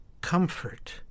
comfort